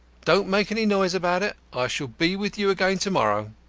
don't make any noise about it. i shall be with you again to-morrow.